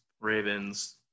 Ravens